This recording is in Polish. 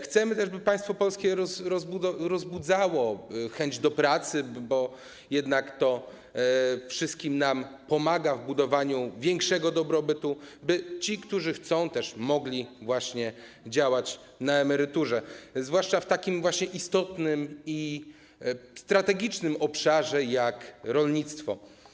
Chcemy, by państwo polskie rozbudzało chęć do pracy, bo jednak to wszystkim nam pomaga w budowaniu większego dobrobytu, by ci, którzy chcą, mogli też działać na emeryturze, zwłaszcza w takim istotnym i strategicznym obszarze jak rolnictwo.